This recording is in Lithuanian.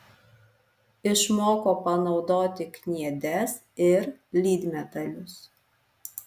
išmoko panaudoti kniedes ir lydmetalius